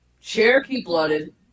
Cherokee-blooded